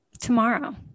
tomorrow